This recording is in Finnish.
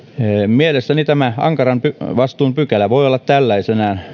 mielestäni tämä ankaran vastuun pykälä voi olla tällaisenaan